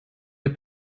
der